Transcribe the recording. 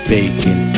Bacon